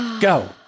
go